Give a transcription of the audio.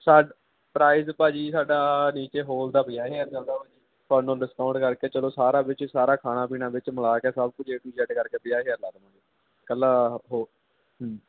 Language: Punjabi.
ਸਾਡਾ ਪ੍ਰਾਈਜ਼ ਭਾਅ ਜੀ ਸਾਡਾ ਨੀਚੇ ਹੋਲ ਦਾ ਪੰਜਾਹ ਹਜ਼ਾਰ ਚੱਲਦਾ ਭਾਅ ਜੀ ਤੁਹਾਨੂੰ ਡਿਸਕਾਊਂਟ ਕਰਕੇ ਚਲੋ ਸਾਰਾ ਵਿੱਚ ਸਾਰਾ ਖਾਣਾ ਪੀਣਾ ਵਿੱਚ ਮਿਲਾ ਕੇ ਸਭ ਕੁਝ ਏ ਟੂ ਜੈਡ ਕਰਕੇ ਪੰਜਾਹ ਹਜ਼ਾਰ ਲਾ ਦੇਵਾਂਗੇ ਇਕੱਲਾ ਉਹ